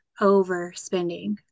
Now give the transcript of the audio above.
overspending